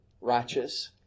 righteous